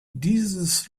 dieses